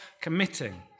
committing